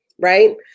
Right